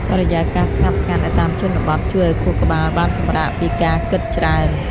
បរិយាកាសស្ងប់ស្ងាត់នៅតាមជនបទ ជួយឱ្យខួរក្បាលបានសម្រាកពីការគិតច្រើន។